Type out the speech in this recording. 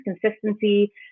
consistency